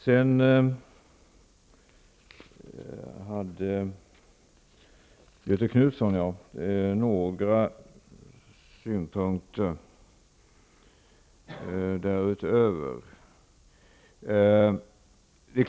Göthe Knutson hade några synpunkter därutöver.